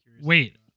Wait